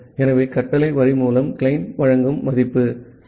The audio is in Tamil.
ஆகவே கமாண்ட் லைன் மூலம் கிளையன்ட் வழங்கும் மதிப்பு ஆகும்